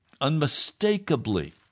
unmistakably